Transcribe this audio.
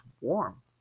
warm